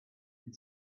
and